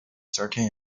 certain